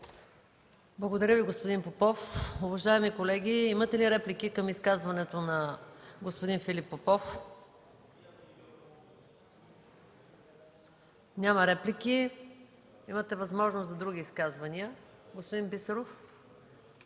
Благодаря Ви, господин Попов. Уважаеми колеги, имате ли реплики към изказването на господин Филип Попов? Няма реплики. Имате възможност за други изказвания. Заповядайте,